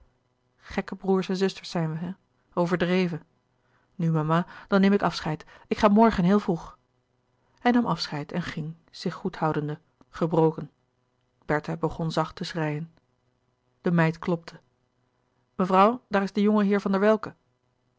gekke broêrs en zusters zijn wij hè overdreven nu mama dan neem ik afscheid ik ga morgen heel vroeg hij nam afscheid en ging zich goed houdende gebroken bertha begon zacht te schreien de meid klopte mevrouw daar is de jongenheer van der welcke